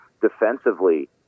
defensively